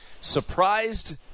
surprised